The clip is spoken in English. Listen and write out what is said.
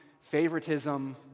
favoritism